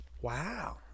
wow